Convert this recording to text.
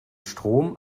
strom